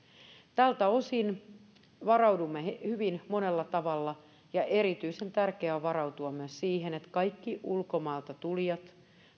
tältä osin varaudumme hyvin monella tavalla erityisen tärkeää on varautua myös siihen että kaikki ulkomailta tulijat